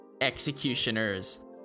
executioners